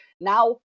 now